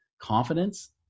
confidence